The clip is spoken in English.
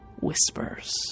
whispers